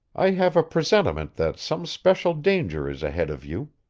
i have a presentiment that some special danger is ahead of you.